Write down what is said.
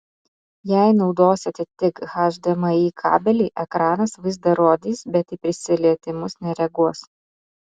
jei naudosite tik hdmi kabelį ekranas vaizdą rodys bet į prisilietimus nereaguos